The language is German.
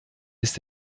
ist